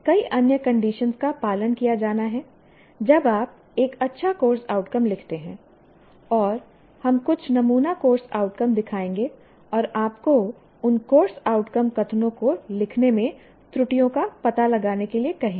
कई अन्य कंडीशन का पालन किया जाना है जब आप एक अच्छा कोर्स आउटकम लिखते हैं और हम कुछ नमूना कोर्स आउटकम दिखाएंगे और आपको उन कोर्स आउटकम कथनों को लिखने में त्रुटियों का पता लगाने के लिए कहेंगे